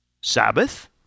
Sabbath